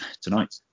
Tonight